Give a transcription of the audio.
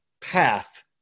path